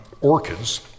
orchids